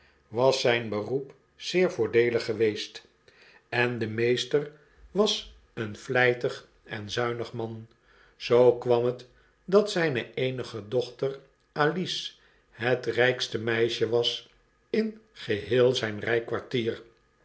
was zjjn beroep zeer voordeelig geweest en de meester was een vlytig en zuinig man zoo kwam het dat zijne eenige dochter alice het rykste meisje wks in geheel